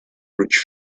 rich